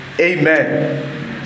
Amen